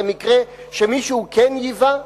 למקרה שמישהו כן ייבא?